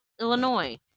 Illinois